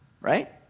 right